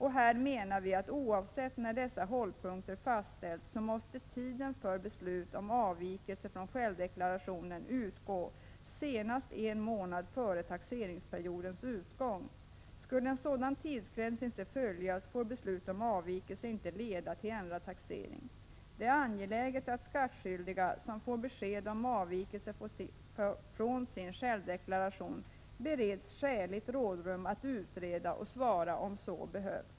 Här menar vi att oavsett när dessa hållpunkter fastställs så måste tiden för beslut om avvikelse från självdeklaration utgå senast en månad före taxeringsperiodens utgång. Skulle en sådan tidsgräns inte följas, får beslut om avvikelse inte leda till ändrad taxering. Det är angeläget att skattskyldiga som får besked om avvikelse från sin självdeklaration bereds skäligt rådrum 95 att utreda och svara, om så behövs.